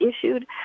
issued